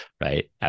right